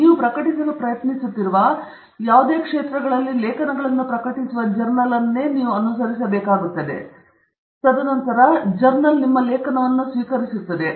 ನೀವು ಪ್ರಕಟಿಸಲು ಪ್ರಯತ್ನಿಸುತ್ತಿರುವ ಅದೇ ಪ್ರದೇಶದಲ್ಲಿ ಲೇಖನಗಳನ್ನು ಪ್ರಕಟಿಸುವ ಜರ್ನಲ್ ಅನ್ನು ನೀವು ಆರಿಸಬೇಕಾಗುತ್ತದೆ ತದನಂತರ ಜರ್ನಲ್ ನಿಮ್ಮ ಲೇಖನವನ್ನು ಸ್ವೀಕರಿಸುತ್ತದೆ